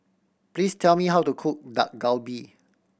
please tell me how to cook Dak Galbi